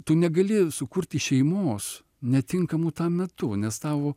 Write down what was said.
tu negali sukurti šeimos netinkamu metu nes tavo